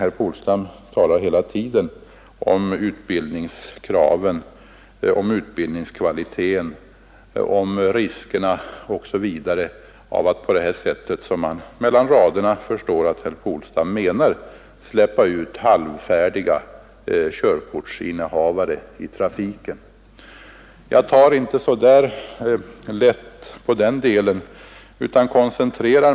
Herr Polstam talar hela tiden om utbildningskraven, utbildningskvaliteten, om riskerna osv. av att på det här sättet, som man mellan raderna förstår att herr Polstam menar, släppa ut halvfärdiga körkortsinnehavare i trafiken. Själv tar jag inte så lätt på den sidan av saken.